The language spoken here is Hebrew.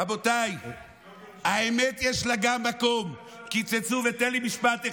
רבותיי, האמת, יש לה גם מקום, תן לי משפט אחד: